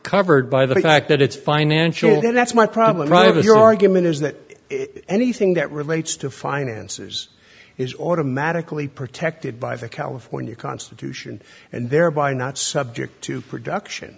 covered by the fact that it's financial that's my problem rather your argument is that anything that relates to finances is automatically protected by the california constitution and thereby not subject to production